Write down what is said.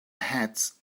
heads